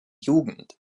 jugend